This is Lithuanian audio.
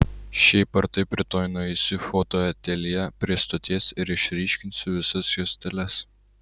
šiaip ar taip rytoj nueisiu į fotoateljė prie stoties ir išryškinsiu visas juosteles